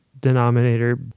denominator